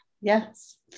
Yes